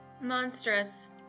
Monstrous